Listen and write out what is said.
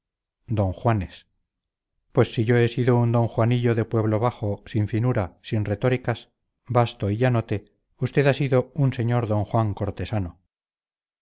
oficio don juanes pues si yo he sido un don juanillo de pueblo bajo sin finura sin retóricas basto y llanote usted ha sido un señor don juan cortesano